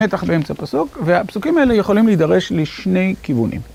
בטח באמצע פסוק והפסוקים האלה יכולים להידרש לשני כיוונים.